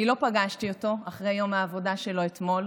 אני לא פגשתי אותו אחרי יום העבודה שלו אתמול,